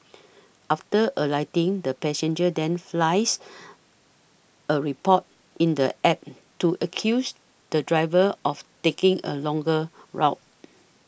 after alighting the passenger then flies a report in the App to accuse the driver of taking a longer route